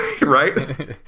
Right